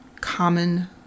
common